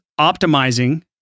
optimizing